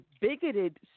bigoted